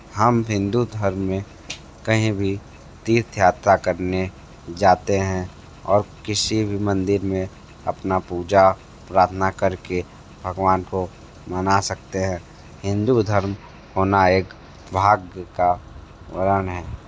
हम हिंदू धर्म में कहीं भी तीर्थ यात्रा करने जाते हैं और किसी भी मंदिर में अपना पूजा प्रार्थना करके भगवान को मना सकते हैं हिंदू धर्म होना एक भाग्य का वर्णन है